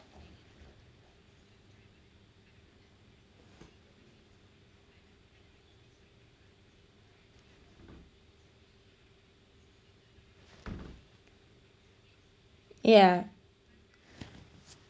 ya